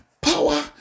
power